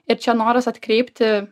ir čia noras atkreipti